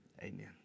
amen